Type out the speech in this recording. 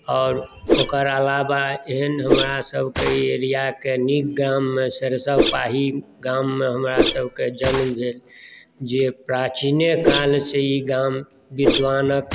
आओर ओकर अलावा एहन हमरा सभकेँ एरिया के नीक गाममे सरसोपाही गाममे हमरा सभके जन्म भेल जे प्राचीने काल सॅं ई गाम विद्वानक